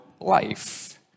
life